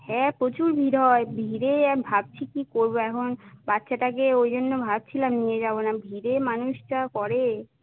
হ্যাঁ প্রচুর ভিড় হয় ভিড়ে ভাবছি কী করব এখন বাচ্চাটাকে ওই জন্য ভাবছিলাম নিয়ে যাব না ভিড়ে মানুষ যা করে